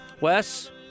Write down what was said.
wes